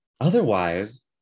Otherwise